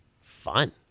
fun